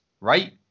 right